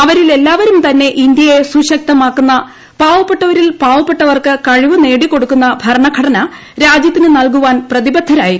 അവ്വരിൽ എല്ലാവരും തന്നെ ഇന്ത്യയെ സുശക്തമാക്കുന്ന പാവ്ട്രപ്പട്ട്വരിൽ പാവപ്പെട്ടവർക്ക് കഴിവ് നേടിക്കൊടുക്കുന്ന ഭരണ്ണ്ലടന് രാജൃത്തിന് നൽകുവാൻ പ്രതിബദ്ധരായിരുന്നു